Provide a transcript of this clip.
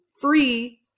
free